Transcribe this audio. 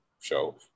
show